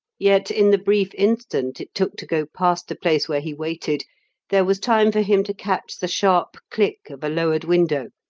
yet in the brief instant it took to go past the place where he waited there was time for him to catch the sharp click of a lowered window,